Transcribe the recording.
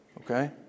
Okay